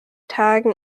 tagen